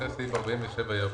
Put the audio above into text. אחרי סעיף 47 יבוא: